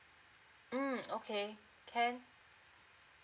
mm okay can